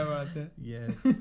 Yes